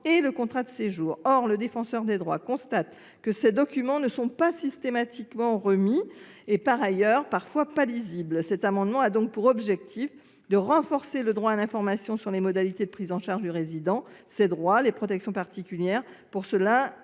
et contrat de séjour. Or la Défenseure des droits constate que ces documents ne sont pas systématiquement remis et que, dans certains cas, ils ne sont pas lisibles. Cet amendement a donc pour objet de renforcer le droit à l’information sur les modalités de prise en charge du résident, sur ses droits et sur les protections particulières dont il